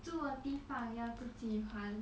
住的地方要自己还